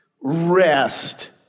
rest